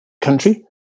country